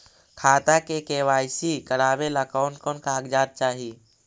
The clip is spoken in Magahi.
खाता के के.वाई.सी करावेला कौन कौन कागजात चाही?